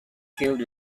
killed